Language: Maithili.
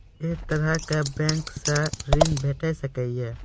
ऐ तरहक बैंकोसऽ ॠण भेट सकै ये?